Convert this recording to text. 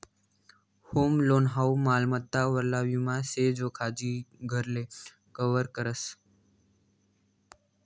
home loan हाऊ मालमत्ता वरला विमा शे जो खाजगी घरले कव्हर करस